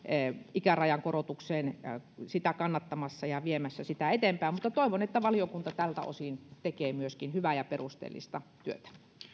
ikärajan korotukseen sitä kannattamassa ja viemässä sitä eteenpäin toivon että valiokunta tältä osin myöskin tekee hyvää ja perusteellista työtä